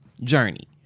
journey